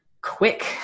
quick